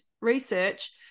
research